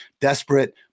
desperate